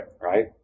right